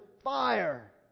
fire